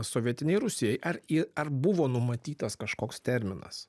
sovietinei rusijai ar į ar buvo numatytas kažkoks terminas